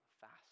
fast